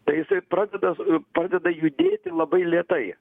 tai jisai pradeda padeda judėti labai lėtai